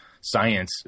science